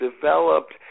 developed